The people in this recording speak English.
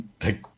Thank